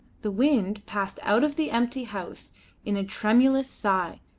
the wind passed out of the empty house in a tremulous sigh,